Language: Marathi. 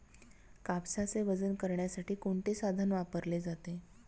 कापसाचे वजन करण्यासाठी कोणते साधन वापरले जाते?